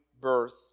birth